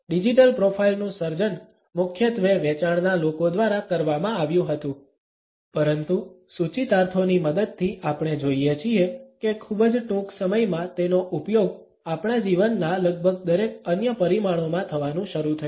digital profile નું સર્જન મુખ્યત્વે વેચાણના લોકો દ્વારા કરવામાં આવ્યું હતું પરંતુ સૂચિતાર્થોની મદદથી આપણે જોઈએ છીએ કે ખૂબ જ ટૂંક સમયમાં તેનો ઉપયોગ આપણા જીવનના લગભગ દરેક અન્ય પરિમાણોમાં થવાનું શરૂ થયું